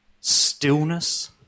stillness